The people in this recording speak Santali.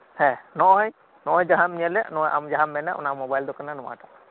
ᱦᱮᱸ ᱱᱚᱜᱚᱭ ᱱᱚᱜᱚᱭ ᱡᱟᱦᱟᱸᱢ ᱧᱮᱞᱮᱫ ᱱᱚᱣᱟ ᱟᱢ ᱡᱟᱦᱟᱸᱢ ᱢᱮᱱᱮᱫ ᱚᱱᱟ ᱢᱚᱵᱟᱭᱤᱞ ᱫᱚ ᱠᱟᱱᱟ ᱱᱚᱣᱟᱴᱟᱜ